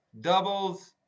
doubles